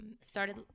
started